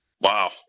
Wow